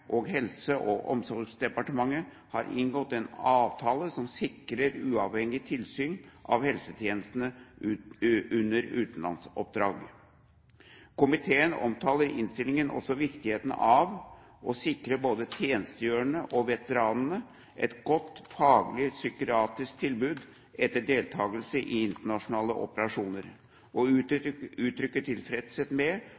og Helse- og omsorgsdepartementet har inngått en avtale som sikrer uavhengig tilsyn av helsetjenestene under utenlandsoppdrag. Komiteen omtaler i innstillingen også viktigheten av å sikre både tjenestegjørende og veteraner et godt faglig psykiatrisk tilbud etter deltakelse i internasjonale operasjoner og